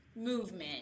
movement